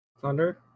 Thunder